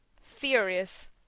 Furious